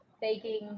Baking